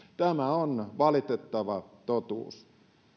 tämä on valitettava totuus